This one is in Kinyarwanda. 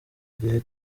gihe